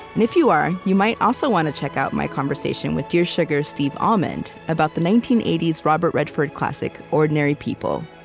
and if you are, you might also want to check out my conversation with dear sugars' steve almond about the nineteen eighty s robert redford classic, ordinary people.